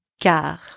car